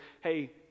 hey